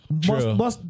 True